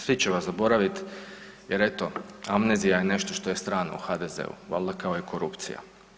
Svi će vas zaboraviti jer eto amnezija je nešto što je strano HDZ-u valjda kao i korupcija.